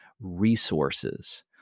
resources